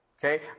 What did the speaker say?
Okay